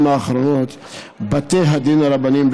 בשנים האחרונות בתי הדין הרבניים,